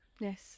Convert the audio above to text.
Yes